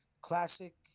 classic